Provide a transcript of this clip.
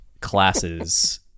classes